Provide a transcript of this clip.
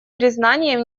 признанием